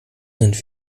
sind